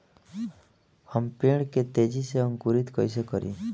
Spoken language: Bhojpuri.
हम पेड़ के तेजी से अंकुरित कईसे करि?